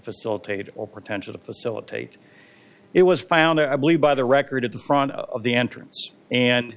facilitated or potential to facilitate it was found i believe by the record in front of the entrance and